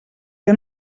que